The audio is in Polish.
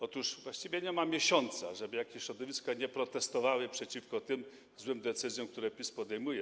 Otóż właściwie nie ma miesiąca, żeby jakieś środowiska nie protestowały przeciwko złym decyzjom, które PiS podejmuje.